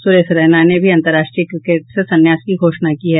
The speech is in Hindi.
सुरेश रैना ने भी अंतर्राष्ट्रीय क्रिकेट से संन्यास की घोषणा की है